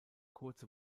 kurze